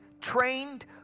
trained